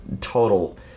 total